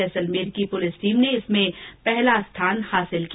जैसलमेर की police team ने इसमें पहला स्थान हासिल किया